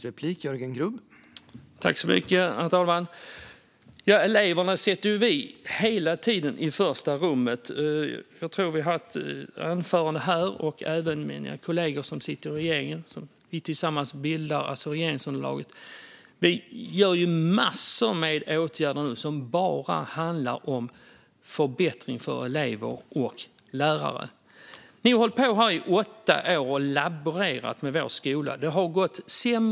Herr talman! Vi sätter hela tiden eleverna i första rummet. Det sa jag i mitt anförande, och det sa även mina kollegor som företräder regeringen. Vi bildar tillsammans regeringsunderlaget. Vi gör nu massor av åtgärder som bara handlar om förbättring för elever och lärare. Ni har hållit på att laborera med vår skola i åtta år.